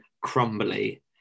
crumbly